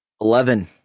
Eleven